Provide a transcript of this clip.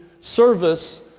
service